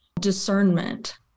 discernment